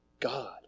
God